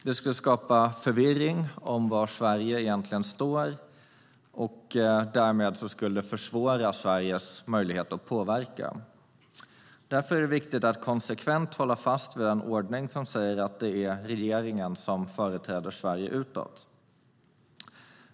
Det skulle skapa förvirring om var Sverige egentligen står och därmed försvåra Sveriges möjlighet att påverka. Därför är det viktigt att konsekvent hålla fast vid den ordning som säger att det är regeringen som företräder Sverige utåt.